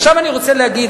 עכשיו אני רוצה להגיד,